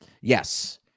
Yes